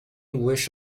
wish